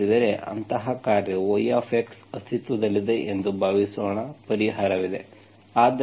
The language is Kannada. ಎಂದು ನೀವು ಭಾವಿಸಿದರೆ ಅಂತಹ ಕಾರ್ಯವು y ಅಸ್ತಿತ್ವದಲ್ಲಿದೆ ಎಂದು ಭಾವಿಸೋಣ ಪರಿಹಾರವಿದೆ